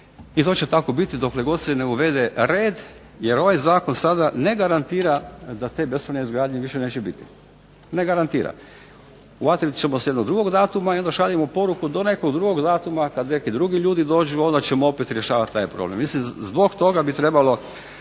i to će tako biti dokle god se ne uvede red jer ovaj zakon sada ne garantira da te bespravne izgradnje više neće biti, ne garantira. Uhvatit ćemo se jednog drugog datuma i onda šaljemo poruku do nekog drugog datuma kad neki drugi ljudi dođu onda ćemo opet rješavat taj problem. Mislim zbog toga bi trebalo